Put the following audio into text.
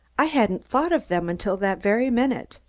i hadn't thought of them until that very minute.